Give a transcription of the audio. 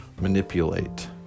manipulate